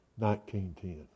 19.10